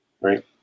right